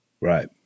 Right